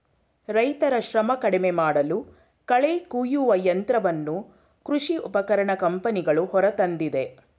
ರೈತರ ಶ್ರಮ ಕಡಿಮೆಮಾಡಲು ಕಳೆ ಕುಯ್ಯುವ ಯಂತ್ರವನ್ನು ಕೃಷಿ ಉಪಕರಣ ಕಂಪನಿಗಳು ಹೊರತಂದಿದೆ